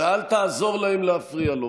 ואל תעזור להם להפריע לו,